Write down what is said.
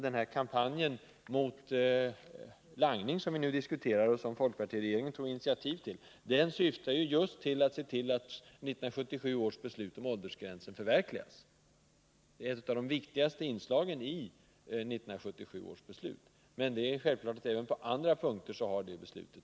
Den kampanj mot langning som vi nu diskuterar, och som folkpartiregeringen tog initiativ till, syftar just till att 1977 års beslut om åldersgränsen skall förverkligas. Den är ett av de viktigaste inslagen i 1977 års beslut. Men självklart har detta beslut följts även på andra punkter.